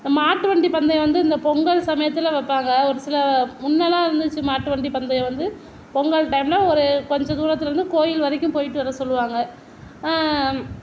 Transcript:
மாட்டு வண்டி பந்தயம் வந்து இந்த பொங்கல் சமயத்தில் வைப்பாங்க ஒரு சில முன்னேலாம் இருந்துச்சு மாட்டு வண்டி பந்தயம் வந்து பொங்கல் டைமில் ஒரு கொஞ்சம் தூரத்தில் இருந்து கோவில் வரைக்கும் போய்ட்டு வர சொல்வாங்க